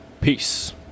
Peace